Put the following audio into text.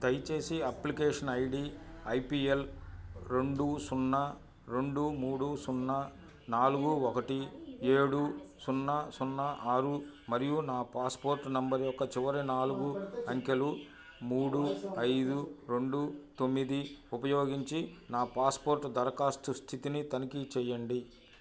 దయచేసి application ID IPL రెండు సున్నా రెండు మూడు సున్నా నాలుగు ఒకటి ఏడు సున్నా సున్నా ఆరు మరియు నా పాస్పోర్ట్ నంబర్ యొక్క చివరి నాలుగు అంకెలు మూడు ఐదు రెండు తొమ్మిది ఉపయోగించి నా పాస్పోర్ట్ దరఖాస్తు స్థితిని తనిఖీ చెయ్యండి